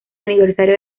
aniversario